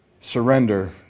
surrender